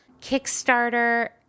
Kickstarter